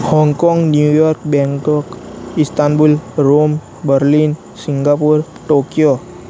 Hong Kong New York Bangkok Istanbul Rome Berlin Singapore Tokyo